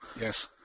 Yes